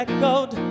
Echoed